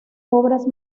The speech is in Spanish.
obras